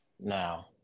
Now